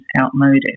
outmoded